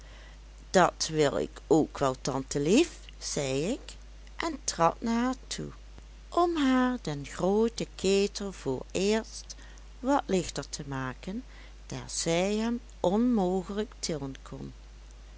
dat wil ik k wel tantelief zei ik en trad naar haar toe om haar den grooten ketel vooreerst wat lichter te maken daar zij hem onmogelijk